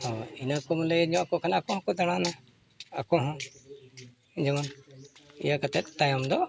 ᱦᱳᱭ ᱤᱱᱟᱹ ᱠᱚ ᱵᱚᱞᱮ ᱞᱟᱹᱭ ᱟᱠᱚ ᱠᱷᱟᱱ ᱟᱠᱚ ᱦᱚᱸ ᱠᱚ ᱫᱟᱬᱟᱱᱟ ᱟᱠᱚ ᱦᱚᱸ ᱡᱮᱢᱚᱱ ᱤᱭᱟᱹ ᱠᱟᱛᱮᱫ ᱛᱟᱭᱚᱢ ᱫᱚ